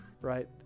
right